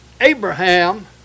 Abraham